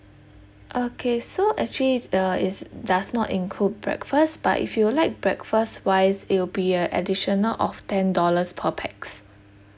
okay so actually uh it's does not include breakfast but if you'd like breakfast wise it'll be a additional of ten dollars per pax